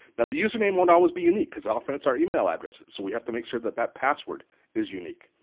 now the username won't always be unique because often it's our email address so we have to make sure that that password is unique.